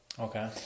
Okay